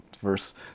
verse